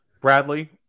Bradley